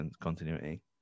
continuity